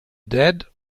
dead